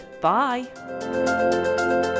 Bye